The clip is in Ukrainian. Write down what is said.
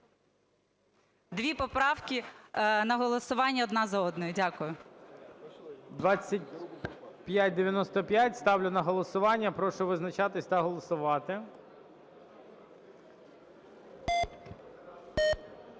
дві поправки на голосування одна за одною. Дякую. ГОЛОВУЮЧИЙ. 2595 ставлю на голосування. Прошу визначатися та голосувати.